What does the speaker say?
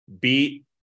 beat